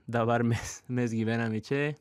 dabar mes mes gyvename čia